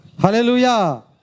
Hallelujah